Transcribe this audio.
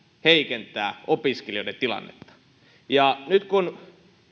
heikentää opiskelijoiden tilannetta nyt kun